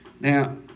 Now